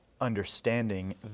understanding